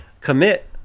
Commit